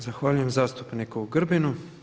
Zahvaljujem zastupniku Grbinu.